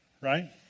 Right